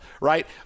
right